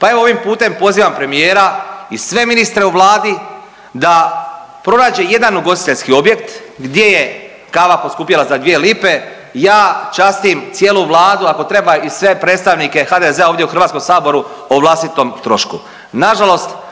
pa evo ovim putem pozivam premijera i sve ministre u Vladi da pronađe jedan ugostiteljski objekt gdje je kava poskupjela za 2 lipe, ja častim cijelu Vladu, ako treba i sve predstavnika HDZ-a ovdje u HS-u o vlastitom trošku.